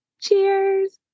Cheers